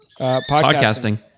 podcasting